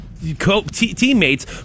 teammates